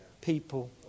People